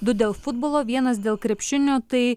du dėl futbolo vienas dėl krepšinio tai